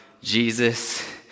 Jesus